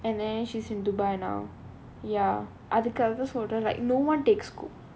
and then she's in dubai now ya அதுக்காக சொல்றேன்:adhukaaga solraen like no one takes